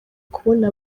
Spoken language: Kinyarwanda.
kubona